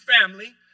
family